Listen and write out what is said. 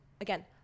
again